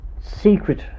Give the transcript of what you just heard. secret